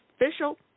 official